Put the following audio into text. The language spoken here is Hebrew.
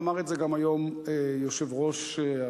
ואמר את זה גם היום היושב-ראש בפועל,